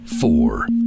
four